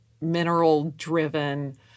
mineral-driven